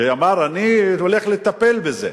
שאמר: אני הולך לטפל בזה.